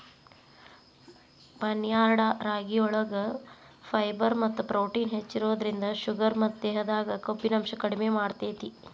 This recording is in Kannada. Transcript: ಬಾರ್ನ್ಯಾರ್ಡ್ ರಾಗಿಯೊಳಗ ಫೈಬರ್ ಮತ್ತ ಪ್ರೊಟೇನ್ ಹೆಚ್ಚಿರೋದ್ರಿಂದ ಶುಗರ್ ಮತ್ತ ದೇಹದಾಗ ಕೊಬ್ಬಿನಾಂಶ ಕಡಿಮೆ ಮಾಡ್ತೆತಿ